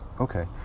Okay